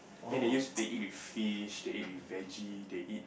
then they use they eat with fish they eat with vege they eat